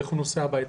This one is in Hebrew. איך הוא נוסע הביתה?